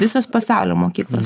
visos pasaulio mokyklos